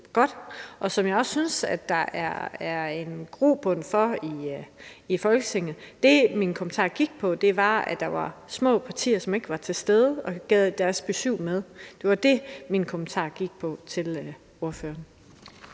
og som jeg også synes der er en grobund for i Folketinget. Det, min kommentar gik på, var, at der er små partier, som ikke er til stede og kan give deres besyv med. Det var det, min kommentar til ordføreren